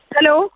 Hello